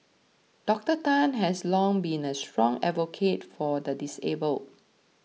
Doctor Tan has long been a strong advocate for the disabled